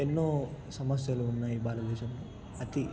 ఎన్నో సమస్యలు ఉన్నాయి భారతదేశంలో అతి